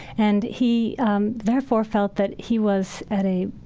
and he um therefore felt that he was at a